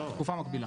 תקופה מקבילה.